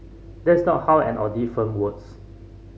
that's not how an audit firm works